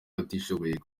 batishoboye